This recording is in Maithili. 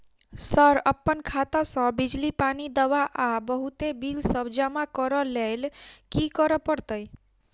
सर अप्पन खाता सऽ बिजली, पानि, दवा आ बहुते बिल सब जमा करऽ लैल की करऽ परतै?